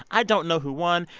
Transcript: i don't know who won.